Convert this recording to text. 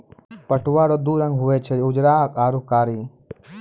पटुआ रो दू रंग हुवे छै उजरा आरू कारी